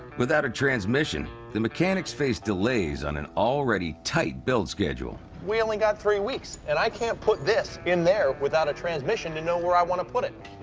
without a transmission, the mechanics face delays on an already tight build schedule. we only got three weeks, and i can't put this in there without a transmission to know where i wanna put it.